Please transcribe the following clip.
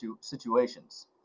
situations